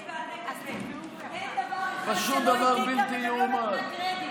אין דבר אחד והיא לא נתנה קרדיט.